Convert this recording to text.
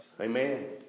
Amen